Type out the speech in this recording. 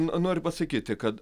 noriu pasakyti kad